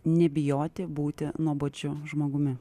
nebijoti būti nuobodžiu žmogumi